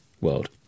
world